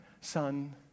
Son